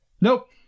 Nope